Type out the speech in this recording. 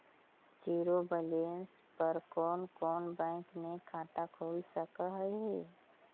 Zero balance पर कोन कोन बैंक में खाता खुल सकले हे?